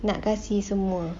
nak kasi semua